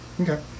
Okay